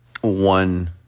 One